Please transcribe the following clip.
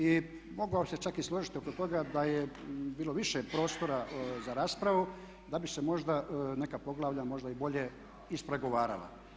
I mogao bih se čak i složiti oko toga da je bilo više prostora za raspravu, da bi se možda neka poglavlja možda i bolje ispregovarala.